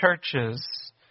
churches